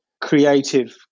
creative